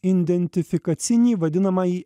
indentifikacinį vadinamąjį